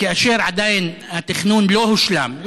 אם התכנון עדיין לא הושלם,